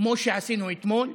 כמו שעשינו אתמול,